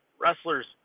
wrestlers